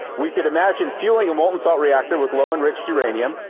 we could imagine fueling a molten salt reactor with low-enriched uranium.